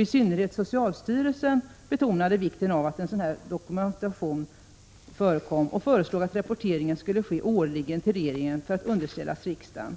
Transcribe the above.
I synnerhet socialstyrelsen betonade vikten av en sådan dokumentation och föreslog att rapportering skulle ske årligen till regeringen för att underställas riksdagen.